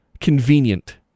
convenient